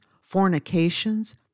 fornications